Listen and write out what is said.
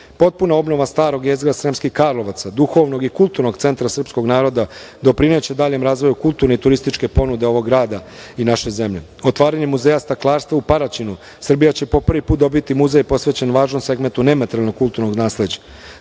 Srbije. Potpuna obnova starog jezgra Sremskih Karlovaca, duhovnog i kulturnog centra srpskog naroda doprineće daljem razvoju kulturne turističke ponude ovog grada i naše zemlje. Otvaranjem muzeja staklarstva u Paraćinu Srbija će po prvi put dobiti muzej posvećen važnom segmentu nematerijalnog kulturnog nasleđa.